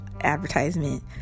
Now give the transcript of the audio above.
advertisement